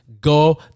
Go